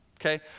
Okay